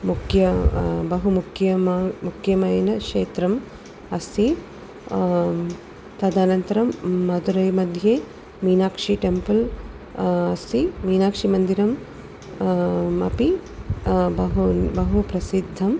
मुख्या बहुुमुख्यम् मुख्यम् क्षेत्रम् अस्ति तदनन्तरं मधुरै मध्ये मीनाक्षी टेम्पल् अस्ति मीनाक्षि मन्दिरम् अपि बहु बहु प्रसिद्धम्